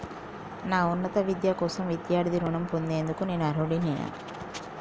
నా ఉన్నత విద్య కోసం విద్యార్థి రుణం పొందేందుకు నేను అర్హుడినేనా?